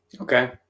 Okay